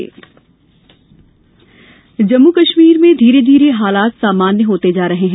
जम्मू कश्मीर जम्मू कश्मीर में धीरे धीरे हालात सामान्य होते जा रहे हैं